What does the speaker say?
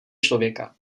člověka